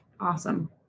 Awesome